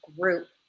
group